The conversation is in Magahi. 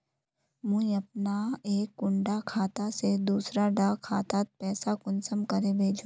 मुई अपना एक कुंडा खाता से दूसरा डा खातात पैसा कुंसम करे भेजुम?